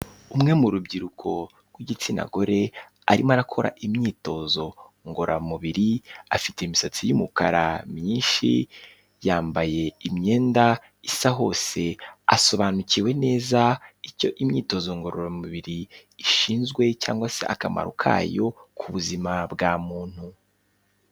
Umwe mu rubyiruko rw'igitsina gore arimo arakora imyitozo ngororamubiri, afite imisatsi y'umukara myinshi, yambaye imyenda isa hose, asobanukiwe neza icyo imyitozo ngororamubiri ishinzwe cyangwa se akamaro kayo ku buzima bwa muntu.